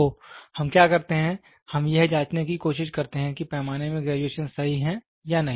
तो हम क्या करते हैं हम यह जाँचने की कोशिश करते हैं कि पैमाने में ग्रेजुएशन सही हैं या नहीं